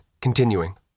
continuing